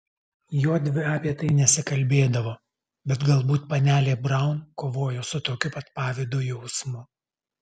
jodvi apie tai nesikalbėdavo bet galbūt panelė braun kovojo su tokiu pat pavydo jausmu